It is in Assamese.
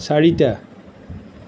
চাৰিটা